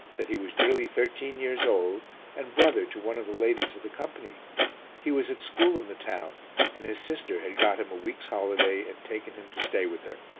that he was nearly thirteen years old and brother to one of the ladies of the company he was at school in the town and his sister had got him a week's holiday and taken him to stay with her.